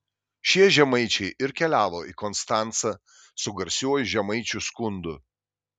šie žemaičiai ir keliavo į konstancą su garsiuoju žemaičių skundu